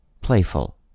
playful